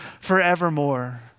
forevermore